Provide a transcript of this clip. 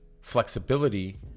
flexibility